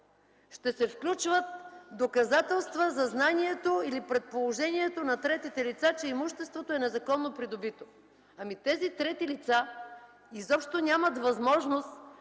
ще се включват доказателства за знанието или предположението на третите лица, че имуществото е незаконно придобито. Тези трети лица изобщо нямат възможност